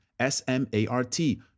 S-M-A-R-T